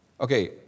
Okay